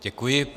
Děkuji.